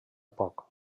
poc